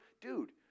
Dude